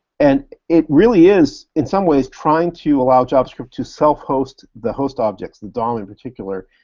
and it really is, in some ways, trying to allow javascript to self-host the host objects, the dom in particular,